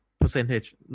percentage